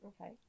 Okay